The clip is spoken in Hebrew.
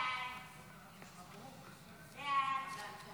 חוק הקמת מאגר מידע גנטי של